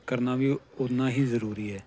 ਕਰਨਾ ਵੀ ਉੰਨਾਂ ਹੀ ਜ਼ਰੂਰੀ ਹੈ